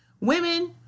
Women